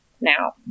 now